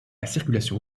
circulation